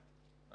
כן.